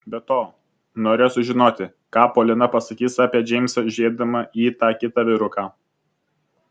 be to norėjo sužinoti ką polina pasakys apie džeimsą žiūrėdama į tą kitą vyruką